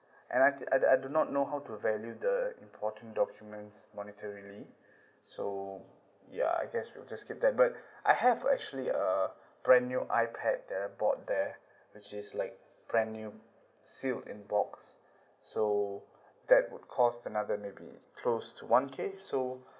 and I th~ I I do not know how to value the important documents monitor really so ya I guess we'll just keep that but I have actually a brand new ipad that I bought there which is like brand new still in box so that would cost another maybe close to one K so